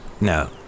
No